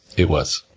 it was.